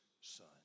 son